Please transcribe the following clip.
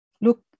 look